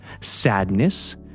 sadness